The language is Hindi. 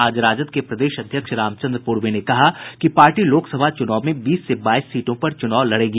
आज राजद के प्रदेश अध्यक्ष रामचंद्र पूर्वे ने कहा कि पार्टी लोकसभा चुनाव में बीस से बाईस सीटों पर चुनाव लड़ेगी